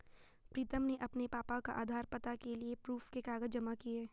प्रीतम ने अपने पापा का आधार, पता के लिए प्रूफ के कागज जमा किए